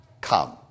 come